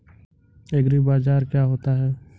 एग्रीबाजार क्या होता है?